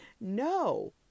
No